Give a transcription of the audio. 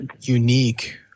unique